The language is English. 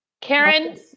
Karen